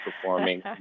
performing